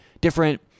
different